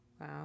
Wow